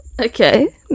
Okay